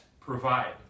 provide